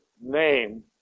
name